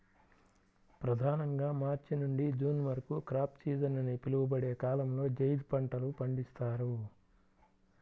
ప్రధానంగా మార్చి నుండి జూన్ వరకు క్రాప్ సీజన్ అని పిలువబడే కాలంలో జైద్ పంటలు పండిస్తారు